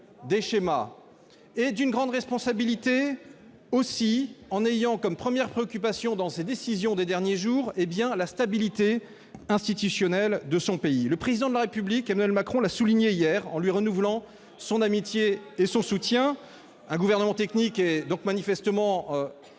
les acteurs proposer des schémas et en ayant comme première préoccupation dans les décisions prises ces derniers jours la stabilité institutionnelle de son pays ! Le Président de la République Emmanuel Macron l'a souligné hier, en lui renouvelant son amitié et son soutien. Un gouvernement technique est donc manifestement